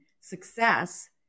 success